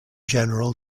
general